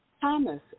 Thomas